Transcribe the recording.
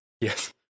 Yes